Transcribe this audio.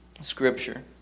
scripture